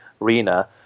Arena